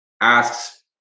asks